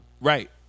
Right